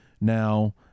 now